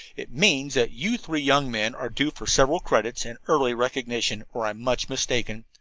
it means that you three young men are due for several credits and early recognition, or i'm much mistaken.